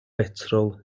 betrol